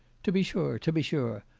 to be sure, to be sure!